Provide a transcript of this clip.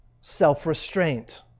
self-restraint